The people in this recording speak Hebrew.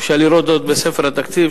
אפשר לראות זאת בספר התקציב,